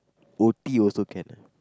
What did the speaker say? O_T also can lah